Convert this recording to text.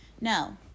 No